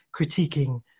critiquing